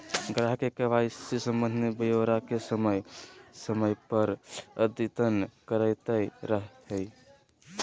ग्राहक के के.वाई.सी संबंधी ब्योरा के समय समय पर अद्यतन करैयत रहइ